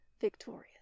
victorious